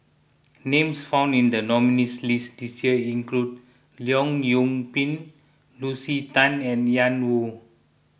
names found in the nominees' list this year include Leong Yoon Pin Lucy Tan and Ian Woo